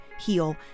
heal